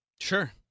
Sure